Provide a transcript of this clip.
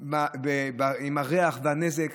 עם הריח והנזק.